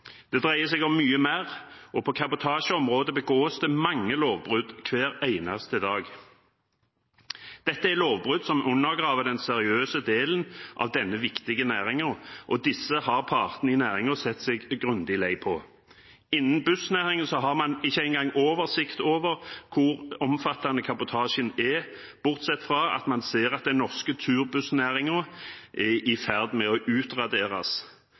det dreier seg om mye mer. På kabotasjeområdet begås det mange lovbrudd hver eneste dag. Dette er lovbrudd som undergraver den seriøse delen av denne viktige næringen, og disse har partene i næringen sett seg grundig lei på. Innenfor bussnæringen har man ikke engang oversikt over hvor omfattende kabotasjen er, bortsett fra at man ser at den norske turbussnæringen er i ferd med å utraderes.